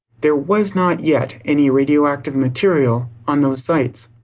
there was not yet any radioactive material on those sites.